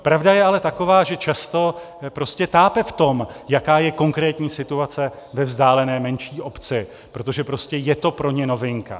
Pravda je ale taková, že často tápe v tom, jaká je konkrétní situace ve vzdálené menší obci, protože prostě je to pro ně novinka.